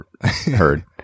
heard